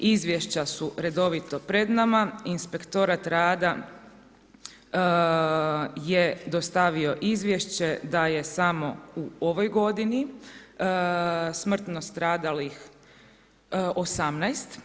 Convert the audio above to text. Izvješća su redovito pred nama, Inspektorat rada je dostavio izvješće da je samo u ovoj godini smrtno stradalih 18.